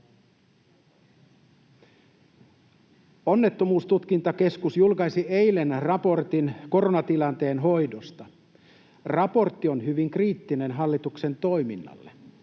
Onnettomuustutkintakeskus julkaisi eilen raportin koronatilanteen hoidosta. Raportti on hyvin kriittinen hallituksen toiminnalle.